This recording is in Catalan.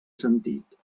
sentit